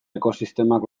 ekosistemak